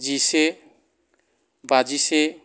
जिसे बाजिसे